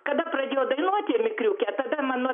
kada pradėjo dainuoti mikriuke tada mano